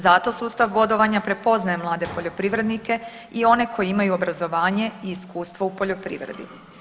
Zato sustav bodovanja prepoznaje mlade poljoprivrednike i one koji imaju obrazovanje i iskustvo u poljoprivredi.